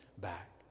back